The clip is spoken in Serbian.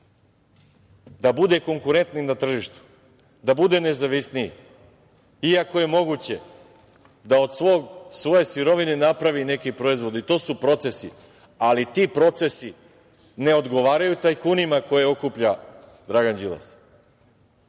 da bude konkurentniji na tržištu, da bude nezavisniji i ako je moguće da od svoje sirovine napravi neki proizvod. Tu su procesi, ali ti procesi ne odgovaraju tajkunima koje okuplja Dragana Đilas,